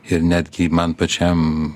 ir netgi man pačiam